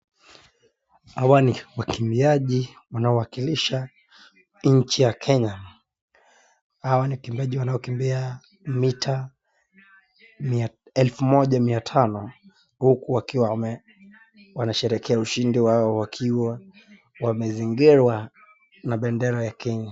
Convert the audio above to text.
Hawa ni wakimbiaji wanaowakilisha nchi ya kenya hawa ni wakimbiaji wanaokimbia mita elfu moja mia tano huku wakiwa wanasherehekea ushidi wao wakiwa wamezingirwa na bendera ya kenya.